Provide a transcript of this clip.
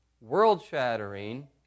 world-shattering